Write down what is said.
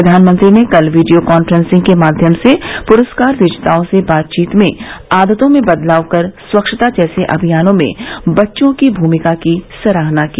प्रधानमंत्री ने कल वीडियो कॉन्फ्रेंसिंग के माध्यम से पुरस्कार विजेताओं से बातचीत में आदतों में बदलाव कर स्वच्छता जैसे अभियानों में बच्चों की भूमिका की सराहना की